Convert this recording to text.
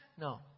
No